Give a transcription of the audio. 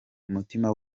mutima